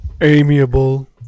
Amiable